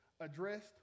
addressed